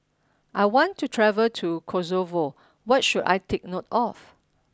I want to travel to Kosovo what should I take note of